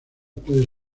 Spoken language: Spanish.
puede